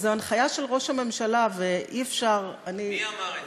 זו הנחיה של ראש הממשלה, ואי-אפשר, מי אמר את זה?